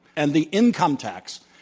and the income tax,